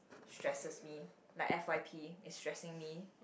stresses me like F_Y_P it's stressing me